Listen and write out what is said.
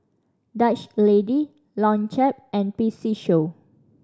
Dutch Lady Longchamp and P C Show